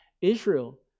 Israel